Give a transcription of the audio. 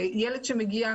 ילד שמגיע,